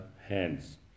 hands